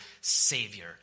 savior